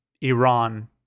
Iran